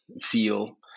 feel